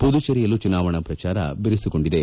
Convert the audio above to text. ಮದುಚೇರಿಯಲ್ಲೂ ಚುನಾವಣಾ ಪ್ರಜಾರ ಬಿರುಸುಗೊಂಡಿದೆ